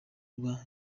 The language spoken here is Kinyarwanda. rwa